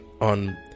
on